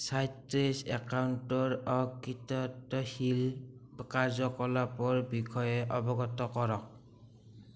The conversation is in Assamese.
চাইট্ৰেছ একাউণ্টৰ অকৃতত্বশীল কাৰ্য্যকলাপৰ বিষয়ে অৱগত কৰক